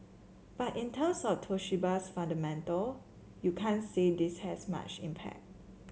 but in terms of Toshiba's fundamental you can't say this has much impact